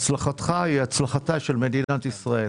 הצלחתך היא הצלחתה של מדינת ישראל.